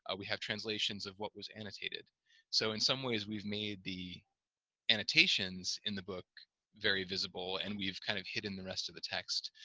ah we have translations of what was annotated so in some ways we've made the annotations in the book very visible and we've kind of hidden the rest of the text.